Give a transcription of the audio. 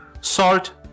salt